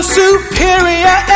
superior